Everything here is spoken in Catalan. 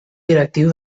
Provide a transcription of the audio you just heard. directiu